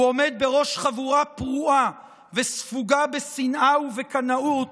הוא עומד בראש חבורה פרועה וספוגה בשנאה ובקנאות